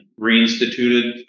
reinstituted